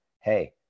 hey